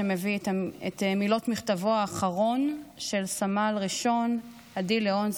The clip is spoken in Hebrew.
שמביא את מילות מכתבו האחרון של סמל ראשון עדי ליאון,